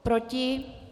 Proti?